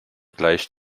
gleicht